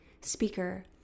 speaker